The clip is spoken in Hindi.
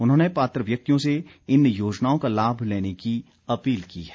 उन्होंने पात्र व्यक्तियों से इन योजनाओं का लाभ लेने की अपील की है